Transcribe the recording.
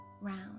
round